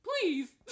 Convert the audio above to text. Please